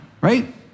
right